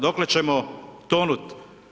Dokle ćemo tonut?